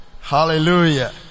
Hallelujah